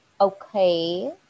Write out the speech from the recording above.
okay